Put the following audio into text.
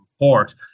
report